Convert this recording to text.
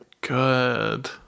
Good